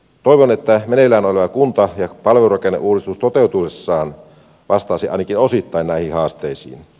toivon että meneillään oleva kunta ja palvelurakenneuudistus toteutuessaan vastaisi ainakin osittain näihin haasteisiin